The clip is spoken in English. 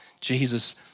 Jesus